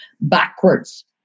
backwards